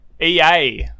EA